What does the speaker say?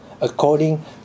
according